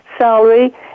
Salary